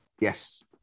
Yes